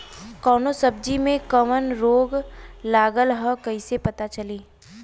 कौनो सब्ज़ी में कवन रोग लागल ह कईसे पता चली?